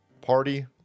party